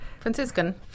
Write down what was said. Franciscan